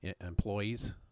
employees